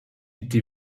était